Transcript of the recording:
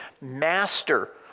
master